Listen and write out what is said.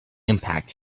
impact